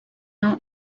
now